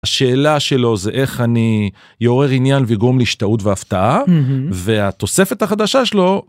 השאלה שלו זה איך אני יעורר עניין ואגרום להשתהות והפתעה, והתוספת החדשה שלו...